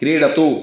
क्रीडतु